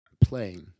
playing